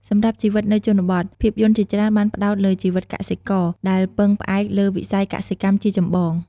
សម្រាប់ជីវិតនៅជនបទ ភាពយន្តជាច្រើនបានផ្តោតលើជីវិតកសិករ ដែលពឹងផ្អែកលើវិស័យកសិកម្មជាចម្បង ។